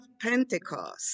Pentecost